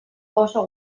oso